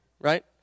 right